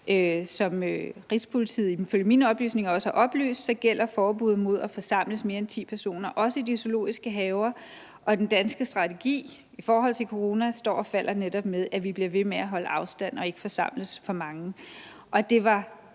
Som Rigspolitiet ifølge mine oplysninger også har oplyst, gælder forbuddet mod at forsamles mere end ti personer også i de zoologiske haver, og den danske strategi i forhold til corona står og falder netop med, at vi bliver ved med at holde afstand og ikke forsamles for mange. Og jeg er